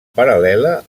paral·lela